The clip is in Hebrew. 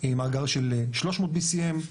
מאגר של 300 BCM,